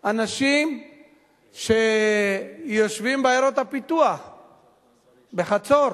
אנשים שיושבים בעיירות הפיתוח, בחצור,